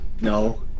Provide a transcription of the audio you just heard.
No